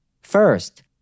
First